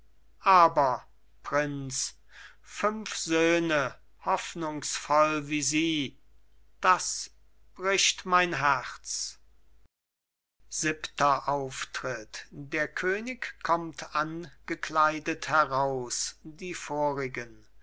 aber prinz fünf söhne hoffnungsvoll wie sie das bricht mein herz siebenter auftritt der könig kommt angekleidet heraus die vorigen